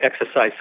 exercise